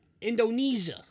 Indonesia